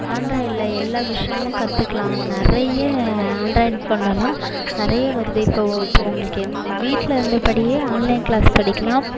ஆண்ட்ராய்டில் எல்லா விஷயமு கத்துக்கலாம் நிறைய ஆண்ட்ராய்ட் ஃபோன்லலாம் நிறைய வருது இப்போது இப்போது உங்களுக்கு எந்த வீட்டில் இருந்தபடியே ஆன்லைன் கிளாஸ் படிக்கலாம்